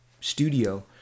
studio